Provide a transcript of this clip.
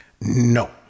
No